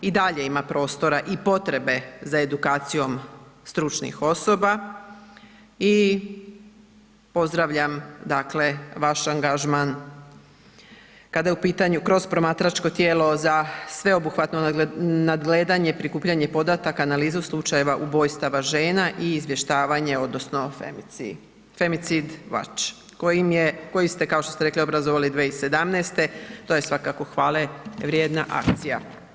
I dalje ima prostora i potrebe za edukacijom stručnih osoba i pozdravljam dakle vaš angažman kada je u pitanju, kroz promatračko tijelo za sveobuhvatno nadgledanje, prikupljanje podataka, analizu slučajeva ubojstava žena i izvještavanje odnosno Femicid Watch kojim je, koji ste kao što ste rekli obrazovali 2017., to je svakako hvale vrijedna akcija.